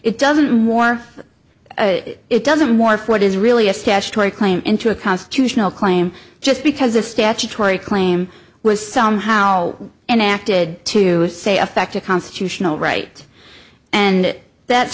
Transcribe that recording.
it doesn't more it doesn't morph what is really a statutory claim into a constitutional claim just because a statutory claim was somehow an acted to say effect a constitutional right and that